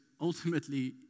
ultimately